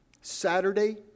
Saturday